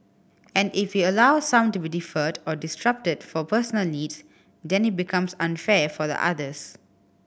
and if we allow some to be deferred or disrupted for personal needs then it becomes unfair for the others